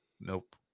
Nope